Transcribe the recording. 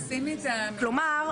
כלומר,